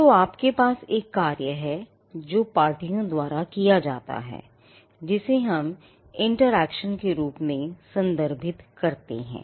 तो आपके पास एक कार्य है जो पार्टियों द्वारा किया जाता है जिसे हम interaction के रूप में संदर्भित करते हैं